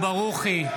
פשוט תתבייש לך.